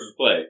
play